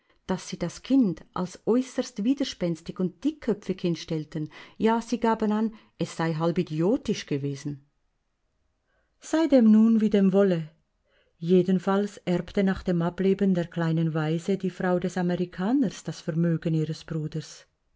daß sie das kind als äußerst widerspenstig und dickköpfig hinstellten ja sie gaben an es sei halb idiotisch gewesen sei dem nun wie dem wolle jedenfalls erbte nach dem ableben der kleinen waise die frau des amerikaners das vermögen ihres bruders